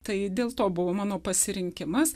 tai dėl to buvo mano pasirinkimas